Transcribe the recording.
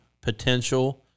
potential